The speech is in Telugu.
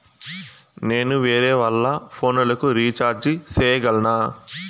నేను వేరేవాళ్ల ఫోను లకు రీచార్జి సేయగలనా?